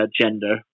gender